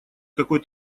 какой